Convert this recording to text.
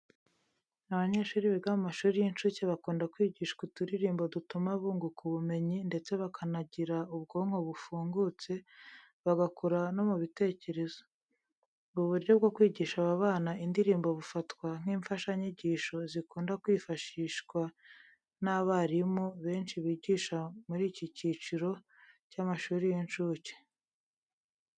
Abanyeshuri biga mu mashuri y'incuke bakunda kwigishwa uturirimbo dutuma bunguka ubumenyi ndetse bakanagira ubwonko bufungutse, bagakura no mu bitekerezo. Ubu buryo bwo kwigisha aba bana indirimbo bufatwa nk'imfashanyigisho zikunda kwifashishwa n'abarimu benshi bigisha muri ki cyiciro cy'amashuri y'incuke.